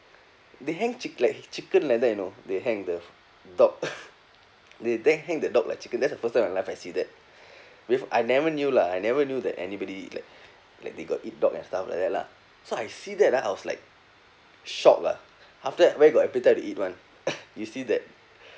they hang chick~ like chicken like that you know they hang the dog th~ they hang the dog like chicken that's the first time in my life I see that with I never knew lah I never knew that anybody like like they got eat dog and stuff like that lah so I see that ah I was like shock ah after that where got appetite to eat [one] you see that that